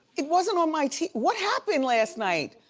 it wasn't on my t, what happened last night?